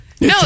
No